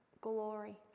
glory